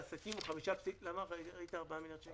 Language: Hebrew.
למה 4 מיליארד שקלים?